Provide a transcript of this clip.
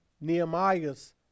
Nehemiah's